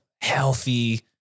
healthy